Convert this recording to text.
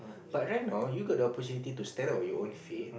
but right now you got the opportunity to stand up on your own feet